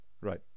Right